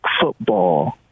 Football